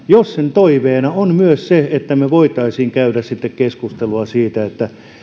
jos toiveena on myös se että me voisimme käydä keskustelua siitä